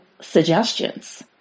suggestions